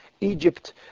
Egypt